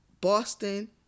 Boston